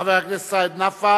חבר הכנסת סעיד נפאע,